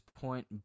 point